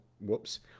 whoops